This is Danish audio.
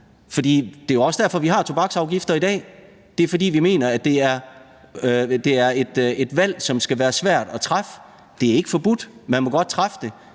det er også derfor, vi har tobaksafgifter i dag. Det er, fordi vi mener, at det er et valg, som skal være svært at træffe. Det er ikke forbudt, og man kan godt træffe det